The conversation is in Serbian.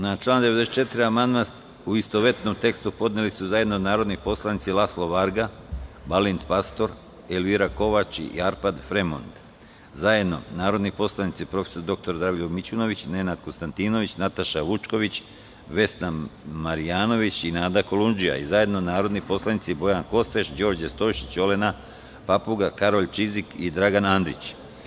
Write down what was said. Na član 94. amandman, u istovetnom tekstu, podneli su zajedno narodni poslanici Laslo Varga, Balint Pastor, Elvira Kovač i Arpad Fremond; zajedno narodni poslanici prof. dr Dragoljub Mićunović, Nenad Konstantinović, Nataša Vučković, Vesna Marjanović i Nada Koluncija i zajedno narodni poslanici Bojan Kostreš, Đorđe Stojšić, Olena Papuga, Karolj Čizik i Dragan Andrić.